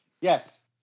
yes